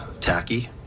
tacky